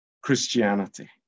Christianity